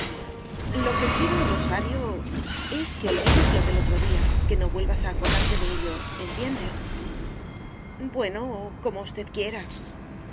lo que quiero rosario es que olvides lo del otro día que no vuelvas a acordarte de ello entiendes bueno como usted quiera